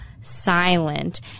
silent